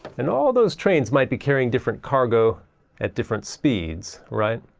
and all those trains might be carrying different cargo at different speeds right?